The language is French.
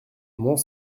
mont